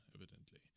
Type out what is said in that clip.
evidently